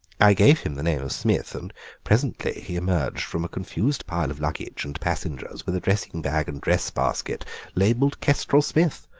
i gave him the name of smith, and presently he emerged from a confused pile of luggage and passengers with a dressing-bag and dress-basket labelled kestrel-smith.